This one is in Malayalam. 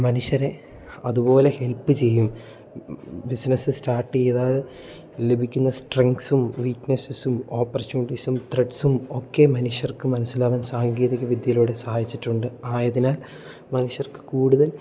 മനുഷ്യരെ അതുപോലെ ഹെൽപ്പ് ചെയ്യും ബിസിനസ്സ് സ്റ്റാർട്ട് ചെയ്താൽ ലഭിക്കുന്ന സ്ട്രെങ്സും വീക്ക്നെസ്സസും ഓപ്പർച്യൂണിറ്റീസും ത്രെഡ്സും ഒക്കെ മനുഷ്യർക്ക് മനസ്സിലാവാൻ സാങ്കേതിക വിദ്യയിലൂടെ സഹായിച്ചിട്ടുണ്ട് ആയതിനാൽ മനുഷ്യർക്ക് കൂടുതൽ